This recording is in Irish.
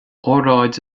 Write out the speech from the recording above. óráid